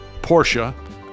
Porsche